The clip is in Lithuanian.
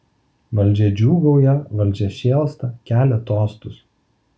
valdžia džiūgauja valdžia šėlsta kelia tostus